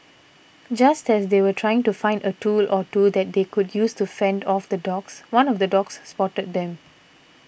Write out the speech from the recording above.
just as they were trying to find a tool or two that they could use to fend off the dogs one of the dogs spotted them